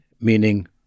meaning